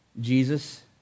Jesus